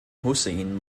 hussein